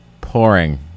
pouring